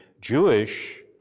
Jewish